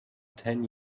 ten